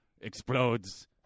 explodes